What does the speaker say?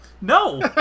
No